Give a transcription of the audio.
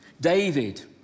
David